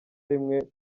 rimwe